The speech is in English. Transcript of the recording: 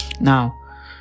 Now